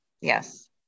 Yes